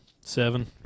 seven